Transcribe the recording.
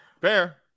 fair